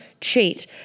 cheat